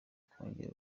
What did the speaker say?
kongera